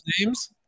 names